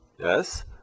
yes